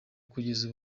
kugeza